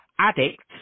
addicts